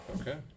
Okay